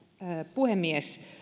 puhemies